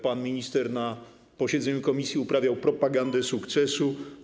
Pan minister na posiedzeniu komisji uprawiał propagandę sukcesu.